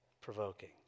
provoking